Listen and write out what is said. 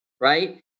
right